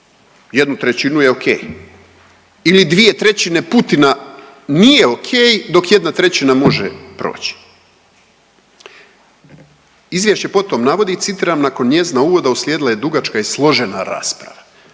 agresiju? 1/3 je ok ili 2/3 Putina nije ok, dok 1/3 može proći. Izvješće potom navodi citiram, nakon njezina uvoda uslijedila je dugačka i složena rasprava.